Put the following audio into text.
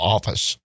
Office